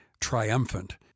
triumphant